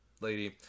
lady